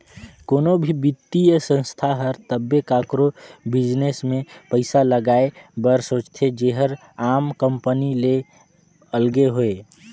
कोनो भी बित्तीय संस्था हर तबे काकरो बिजनेस में पइसा लगाए बर सोंचथे जेहर आम कंपनी मन ले अलगे होए